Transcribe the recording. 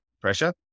pressure